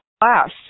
class